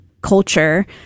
culture